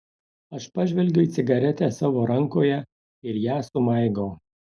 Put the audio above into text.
aš pažvelgiu į cigaretę savo rankoje ir ją sumaigau